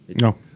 No